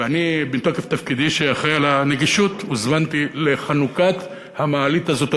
ואני מתוקף תפקידי שאחראי לנגישות הוזמנתי לחנוכת המעלית הזאת,